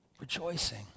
rejoicing